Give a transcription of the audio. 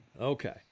Okay